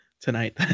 tonight